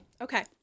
Okay